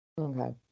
Okay